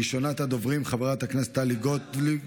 ראשונת הדוברים, חברת הכנסת טלי גוטליב.